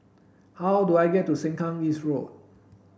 how do I get to Sengkang East Road